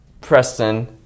Preston